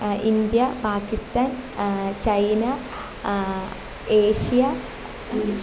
India Pakistan China Asia